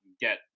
get